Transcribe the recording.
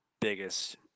biggest